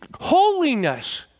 holiness